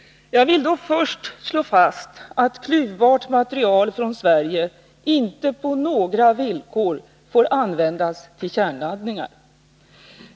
Jag vill först slå fast att klyvbart material från Sverige inte på några villkor får användas till kärnladdningar.